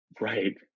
Right